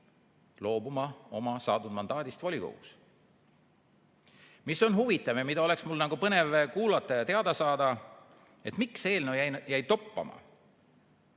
loobuma oma saadud mandaadist volikogus. Mis on huvitav ja mida oleks mul põnev kuulata ja teada saada, on see, miks eelnõu jäi toppama.